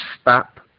stop